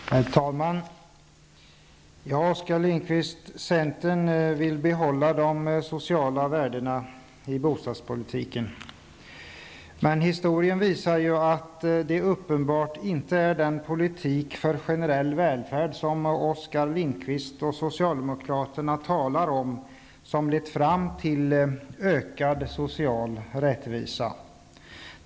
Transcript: Herr talman! Ja, Oskar Lindkvist, centern vill behålla de sociala värdena i bostadspolitiken. Men historien visar att det uppenbarligen inte är den politik för generell välfärd som Oskar Lindkvist och socialdemokraterna talar om som lett fram till ökad social rättvisa.